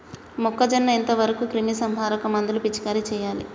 మొక్కజొన్న ఎంత వరకు క్రిమిసంహారక మందులు పిచికారీ చేయాలి?